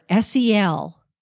SEL